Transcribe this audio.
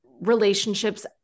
relationships